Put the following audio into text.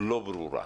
לא ברורה.